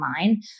online